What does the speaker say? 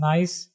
Nice